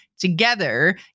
together